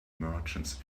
merchants